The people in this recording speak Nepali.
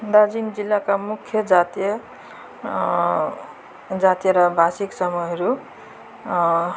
दार्जिलिङ जिल्लाका मुख्य जातीय जातीय र भाषिक समूहहरू